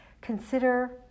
consider